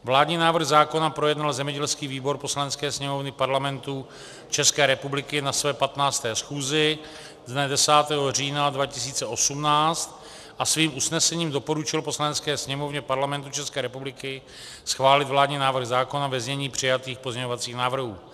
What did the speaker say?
Vládní návrh zákona projednal zemědělský výbor Poslanecké sněmovny Parlamentu České republiky na své 15. schůzi dne 10. října 2018 a svým usnesením doporučil Poslanecké sněmovně Parlamentu České republiky schválit vládní návrh zákona ve znění přijatých pozměňovacích návrhů.